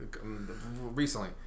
recently